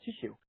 tissue